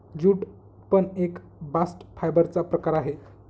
jute पण एक bast fibre चा प्रकार आहे